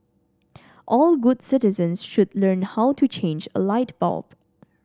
all good citizens should learn how to change a light bulb